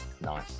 Nice